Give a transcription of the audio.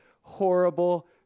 horrible